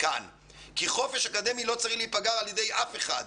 כי חופש אקדמי לא צריך להיפגע על ידי אף אחד.